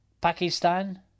Pakistan